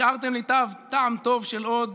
השארתם לי טעם טוב של עוד,